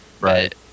Right